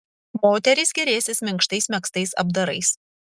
moterys gėrėsis minkštais megztais apdarais